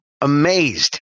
amazed